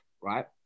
Right